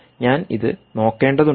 ഞാൻ ഇത് നോക്കേണ്ടതുണ്ട്